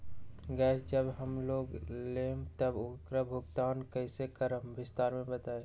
Gas जब हम लोग लेम त उकर भुगतान कइसे करम विस्तार मे बताई?